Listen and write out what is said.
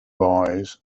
boys